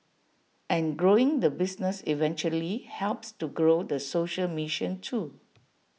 and growing the business eventually helps to grow the social mission too